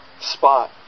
Spot